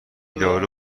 دارو